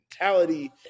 mentality